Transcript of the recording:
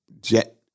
Jet